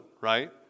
right